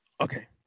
Okay